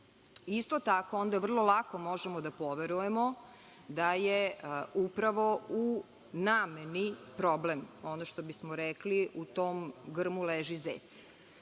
Isto tako onda vrlo lako možemo da poverujemo da je upravo u nameni problem, što bismo rekli – u tom grmu leži zec,